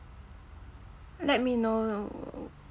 let me know